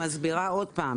אני מסבירה שוב.